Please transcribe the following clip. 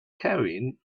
carrying